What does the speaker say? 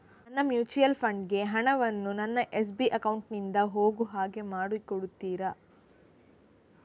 ನನ್ನ mutual fund ಗೆ ಹಣ ವನ್ನು ನನ್ನ ಎಸ್.ಬಿ ಅಕೌಂಟ್ ನಿಂದ ಹೋಗು ಹಾಗೆ ಮಾಡಿಕೊಡುತ್ತೀರಾ?